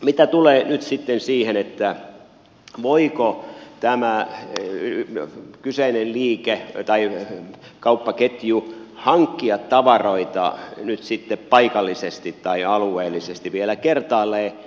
mitä tulee nyt sitten siihen voiko tämä kyseinen liike tai kauppaketju hankkia tavaroita nyt sitten paikallisesti tai alueellisesti vielä kertaalleen